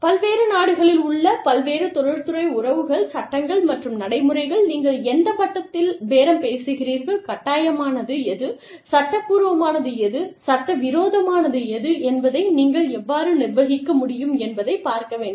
பல்வேறு நாடுகளில் உள்ள பல்வேறு தொழில்துறை உறவுகள் சட்டங்கள் மற்றும் நடைமுறைகள் நீங்கள் எந்த மட்டத்தில் பேரம் பேசுகிறீர்கள் கட்டாயமானது எது சட்டப்பூர்வமானது எது சட்டவிரோதமானது எது என்பதை நீங்கள் எவ்வாறு நிர்வகிக்க முடியும் என்பதைப் பார்க்க வேண்டும்